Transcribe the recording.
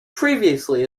previously